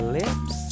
lips